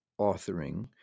authoring